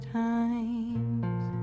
times